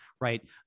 Right